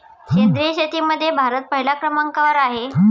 सेंद्रिय शेतीमध्ये भारत पहिल्या क्रमांकावर आहे